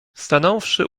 stanąwszy